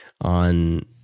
on